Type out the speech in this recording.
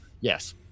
Yes